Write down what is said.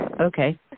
okay